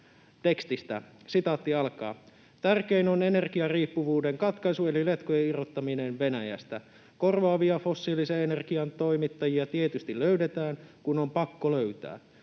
tekstistä: ”Tärkein on energiariippuvuuden katkaisu eli letkujen irrottaminen Venäjästä. Korvaavia fossiilisen energian toimittajia tietysti löydetään, kun on pakko löytää,